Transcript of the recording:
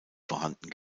vorhanden